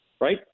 right